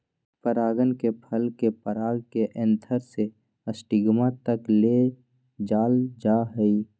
परागण में फल के पराग के एंथर से स्टिग्मा तक ले जाल जाहई